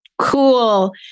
cool